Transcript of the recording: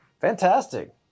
Fantastic